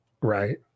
Right